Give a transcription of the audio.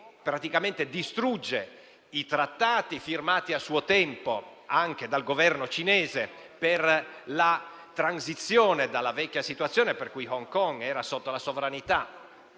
che praticamente distrugge i trattati firmati a suo tempo, anche dal Governo cinese, per la transizione dalla vecchia situazione (quando Hong Kong era sotto la sovranità